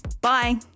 Bye